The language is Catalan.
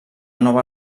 nova